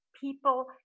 people